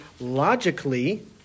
logically